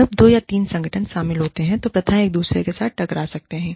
जब दो या तीन संगठन शामिल होते हैं तो प्रथाएं एक दूसरे के साथ टकरा सकते हैं